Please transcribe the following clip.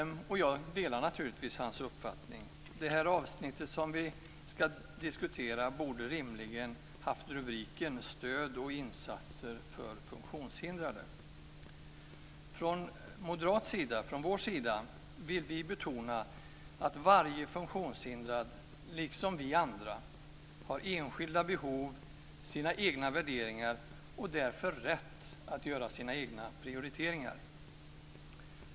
Jag delar naturligtvis den här mannens uppfattning. Det avsnitt som vi nu ska diskutera borde rimligen ha haft rubriken Stöd och insatser för funktionshindrade. Från moderat sida vill vi betona att varje funktionshindrad liksom vi andra har enskilda behov och sina egna värderingar och har rätt att göra sina egna prioriteringar.